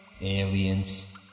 Aliens